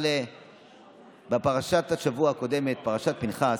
אבל בפרשת השבוע הקודמת, פרשת פינחס,